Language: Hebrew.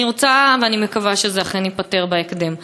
ואני אכן מקווה שזה ייפתר בהקדם.